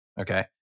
Okay